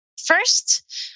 First